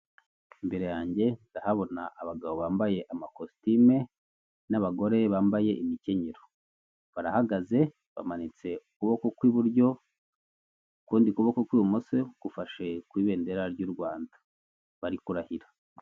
Imbere yanjye ndahabona abagabo bambaye amakositime n'abagore bambaye imikenyero. Barahagaze bamanitse ukuboko kw'iburyo ukundi kuboko kw'ibumoso gufashe ku ibendera ry'u rwanda bari kurahira.